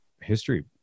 history